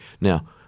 Now